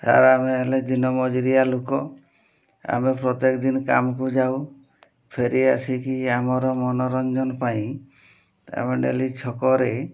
sir ଆମେ ହେଲେ ଦିନ ମଜୁରିଆ ଲୋକ ଆମେ ପ୍ରତ୍ୟେକ ଦିନ କାମକୁ ଯାଉ ଫେରି ଆସିକି ଆମର ମନୋରଞ୍ଜନ ପାଇଁ ଆମେ ଡେଲି ଛକରେ